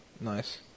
nice